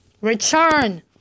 Return